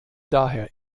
daher